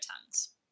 tongues